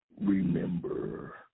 Remember